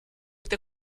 with